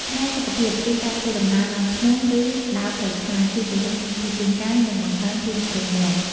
ផ្នែកសុខភាព គឺការធ្វើដំណើរឡើងភ្នំ ឬដើរផ្លូវឆ្ងាយ ជួយពង្រឹងសុខភាពរាងកាយ និងបង្កើនភាពរឹងមាំ។